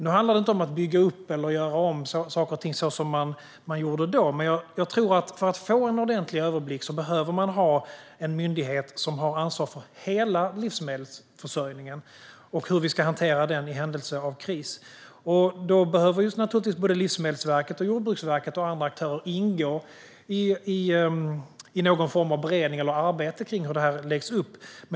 Nu handlar det inte om att bygga upp eller göra om saker och ting så som man gjorde då, men jag tror att för att få en ordentlig överblick behöver man ha en myndighet som har ansvar för hela livsmedelsförsörjningen och hur vi ska hantera den i händelse av kris. Både Livsmedelsverket och Jordbruksverket liksom andra aktörer behöver ingå i någon form av beredning eller arbete kring hur det här läggs upp.